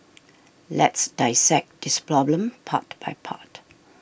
let's dissect this problem part by part